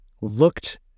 looked